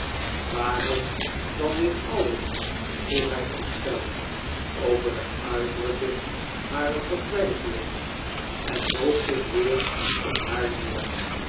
waarom dan dit alles vroeg hij ontsteld over de uitdrukking harer vertwijfeling en boog zich weer tot haar neer